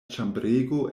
ĉambrego